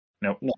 No